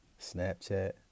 Snapchat